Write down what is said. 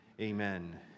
amen